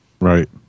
Right